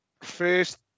First